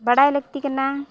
ᱵᱟᱲᱟᱭ ᱞᱟᱹᱠᱛᱤ ᱠᱟᱱᱟ